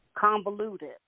convoluted